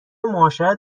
معاشرت